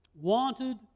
wanted